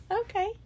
Okay